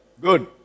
Good